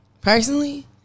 personally